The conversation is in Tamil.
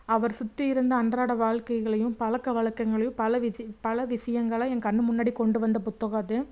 அவர் சுற்றி இருந்த அன்றாட வாழ்க்கைகளையும் பழக்க வழக்கங்களையும் பல விஜி பல விஷயங்கள என் கண்ணு முன்னாடியே கொண்டு வந்த புத்தகம் அது